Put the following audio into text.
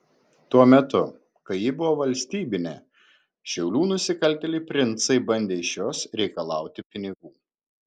tuo metu kai ji buvo valstybinė šiaulių nusikaltėliai princai bandė iš jos reikalauti pinigų